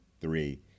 three